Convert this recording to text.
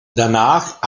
danach